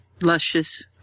Luscious